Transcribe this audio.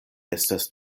estas